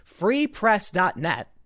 Freepress.net